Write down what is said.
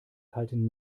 halten